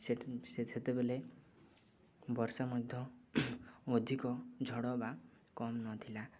ସେ ସେତେବେଲେ ବର୍ଷା ମଧ୍ୟ ଅଧିକ ଝଡ଼ ବା କମ୍ ନଥିଲା